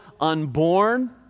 unborn